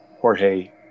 Jorge